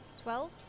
twelve